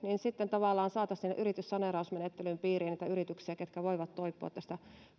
niin sitten tavallaan saataisi sen yrityssaneerausmenettelyn piiriin niitä yrityksiä ketkä voivat toipua tästä